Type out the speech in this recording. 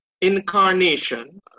incarnation